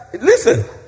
Listen